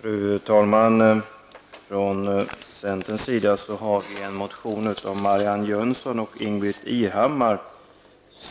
Fru talman! Centerledamöterna Marianne Jönsson och Ingbritt Irhammar har väckt en